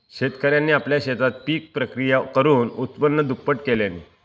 शेतकऱ्यांनी आपल्या शेतात पिक प्रक्रिया करुन उत्पन्न दुप्पट केल्यांनी